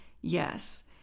yes